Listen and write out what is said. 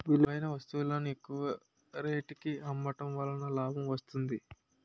విలువైన వస్తువులను ఎక్కువ రేటుకి అమ్మడం వలన లాభం వస్తుంది